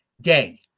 day